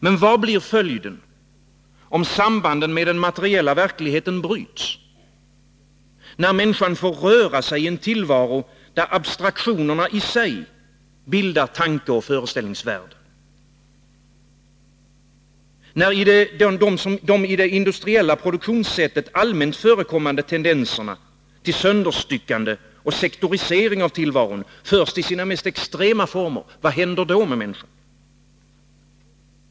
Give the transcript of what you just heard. Men vad blir följden, om sambanden med den materiella verkligheten bryts, när människan får röra sig i en tillvaro där abstraktionerna i sig bildar tankeoch föreställningsvärlden? När de i industriella produktionssätt allmänt förekommande tendenserna till sönderstyckande och sektorisering av tillvaron förs till sina mest extrema former, vad händer då med människan?